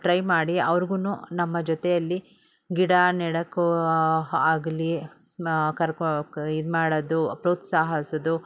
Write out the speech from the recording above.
try ಮಾಡಿ ಅವ್ರಿಗು ನಮ್ಮ ಜೊತೆಯಲ್ಲಿ ಗಿಡ ನೆಡೋಕ್ಕು ಆಗಲಿ ಕರ್ಕೊ ಕ ಇದು ಮಾಡೋದು ಪ್ರೋತ್ಸಾಹಿಸದು